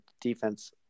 defense